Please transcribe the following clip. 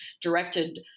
directed